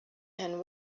and